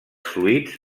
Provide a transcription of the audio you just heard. fluids